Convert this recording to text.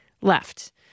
left